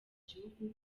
gihugu